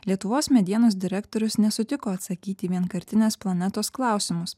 lietuvos medienos direktorius nesutiko atsakyti į vienkartinės planetos klausimus